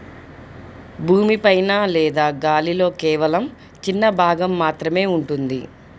భూమి పైన లేదా గాలిలో కేవలం చిన్న భాగం మాత్రమే ఉంటుంది